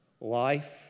Life